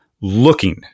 looking